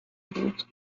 بود